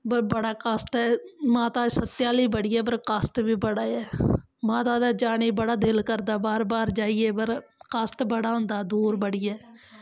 बड़ा कश्ट ऐ माता ते शक्ति आह्ली बड़ी ऐ पर कश्ट बी बड़ा ऐ माता दे जानें गी बड़ा दिल करदा बार बार जाइये पर कश्ट बड़ी होंदा दूर बड़ी ऐ